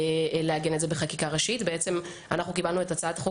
אין התייחסות בחקיקה ראשית לשימוש במכתזית מלבד הצעת החוק